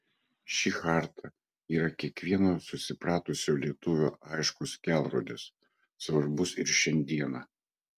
ši charta yra kiekvieno susipratusio lietuvio aiškus kelrodis svarbus ir šiandieną